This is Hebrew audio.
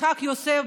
יצחק יוסף,